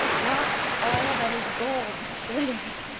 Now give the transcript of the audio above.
not all that is gold glitters,